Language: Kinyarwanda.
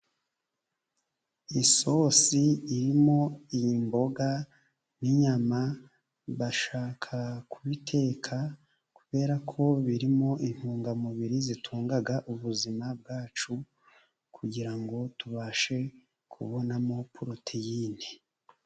Isosi irimo imboga n'inyama, bashaka kubiteka kubera ko birimo intungamubiri zitunga ubuzima bwacu, kugira ngo tubashe kubonamo poroteyine.